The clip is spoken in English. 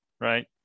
right